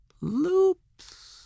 Loops